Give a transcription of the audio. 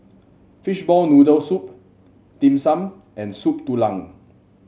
Fishball Noodle Soup Dim Sum and Soup Tulang